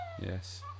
yes